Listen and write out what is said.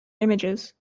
images